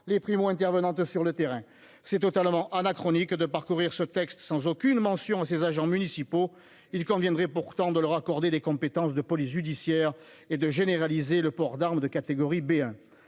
les primo-intervenante sur le terrain, c'est totalement anachronique de parcourir ce texte sans aucune mention, ses agents municipaux il conviendrait pourtant de leur accorder des compétences de police judiciaire et de généraliser le port d'arme de catégorie B